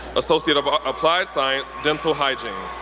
associate of applied science, dental hygiene.